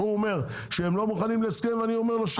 הוא אומר שהם לא מוכנים להסכם ואני אומר לו שהם כן.